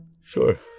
Sure